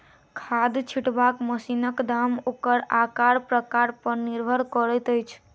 खाद छिटबाक मशीनक दाम ओकर आकार प्रकार पर निर्भर करैत अछि